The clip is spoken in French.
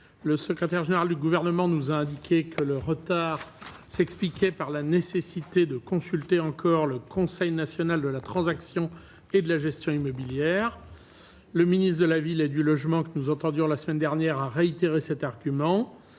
le secrétaire général du gouvernement nous a indiqué que le retard s'expliquait par la nécessité de consulter encore le Conseil national de la transaction et de la gestion immobilière, le ministre de la ville et du logement que nous entendions la semaine dernière a réitéré cet argument